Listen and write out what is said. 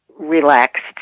relaxed